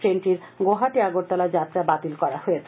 ট্রেনটির গুয়াহাটি আগরতলা যাত্রা বাতিল করা হয়েছে